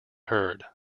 heard